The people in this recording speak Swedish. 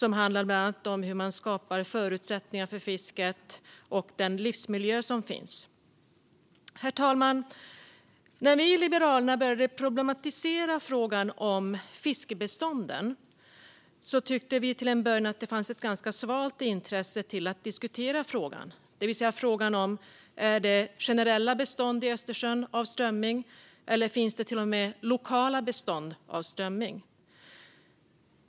De handlar bland annat om hur man skapar förutsättningar för fisket och den livsmiljö som finns. Herr talman! När vi i Liberalerna började problematisera frågan om fiskbestånden tyckte vi till en början att det fanns ett ganska svalt intresse att diskutera frågan, det vill säga frågan om det är generella bestånd i Östersjön av strömming eller om det till och med finns lokala bestånd av strömming.